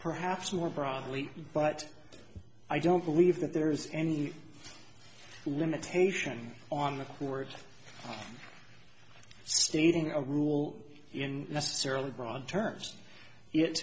perhaps more broadly but i don't believe that there is any limitation on the words stating a rule in necessarily broad terms yet